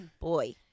boy